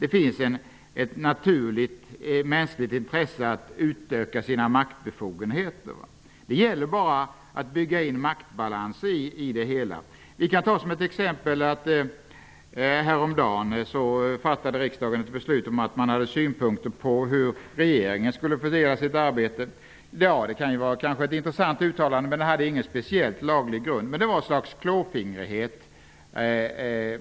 Det finns ett naturligt mänskligt intresse att utöka sina maktbefogenheter. Det gäller bara att bygga in maktbalanser i det hela. Jag kan ta fram ett exempel. Häromdagen fattade riksdagen ett beslut om att framlägga synpunkter på hur regeringen fördelar sitt arbete. Det kan vara ett intressant uttalande. Men det hade ingen speciell laglig grund. Det var ett slags klåfingrighet.